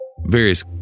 various